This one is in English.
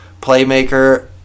playmaker